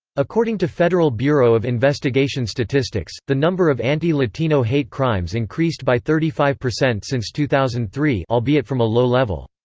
according to federal bureau of investigation statistics, the number of anti-latino hate crimes increased by thirty five percent since two thousand and three albeit from a low level.